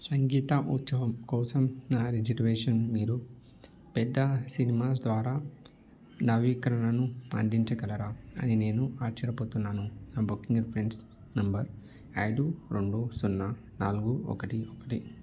సంగీత ఉత్సవం కోసం నా రిజర్వేషన్ మీరు పెద్ద సినిమాస్ ద్వారా నవీకరణను అందించగలరా అని నేను ఆశ్చర్యపోతున్నాను నా బుకింగ్ రిఫరెన్స్ నెంబర్ ఐదు రెండు సున్నా నాలుగు ఒకటి ఒకటి